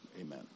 Amen